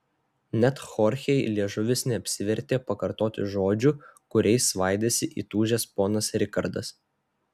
net chorchei liežuvis neapsivertė pakartoti žodžių kuriais svaidėsi įtūžęs ponas rikardas